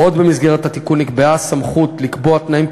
עוד נקבעה במסגרת התיקון הסמכות לקבוע תנאים,